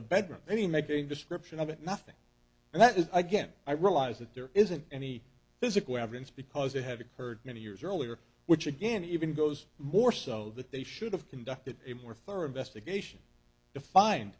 the bedroom any making description of it nothing and that is again i realize that there isn't any physical evidence because it had occurred many years earlier which again even goes more so that they should have conducted a more thorough investigation